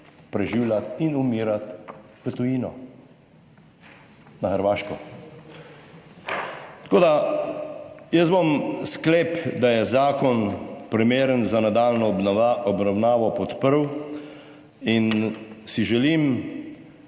preživljati in umirati v tujino na Hrvaško. Tako, da jaz bom sklep, da je zakon primeren za nadaljnjo obravnavo podprl in si želim,